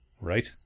Right